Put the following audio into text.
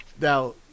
now